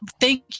Thank